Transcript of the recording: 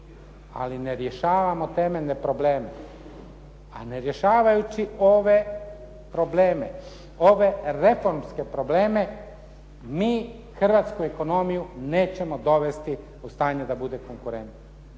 Ali ne rješavamo temeljne probleme, a ne rješavajući ove probleme, ove reformske probleme mi hrvatsku ekonomiju nećemo dovesti u stanje da bude konkurentna.